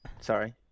Sorry